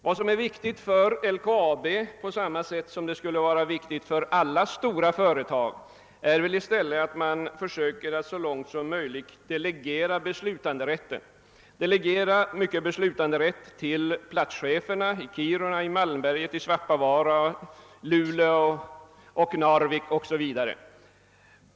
Vad som är viktigt för LKAB, på samma sätt som det skulle vara viktigt för alla stora företag är i stället att man försöker att så långt som möjligt delegera beslutanderätten till platscheferna i Kiruna, Malmberget, Svappavaara, Luleå, Narvik o.s.v.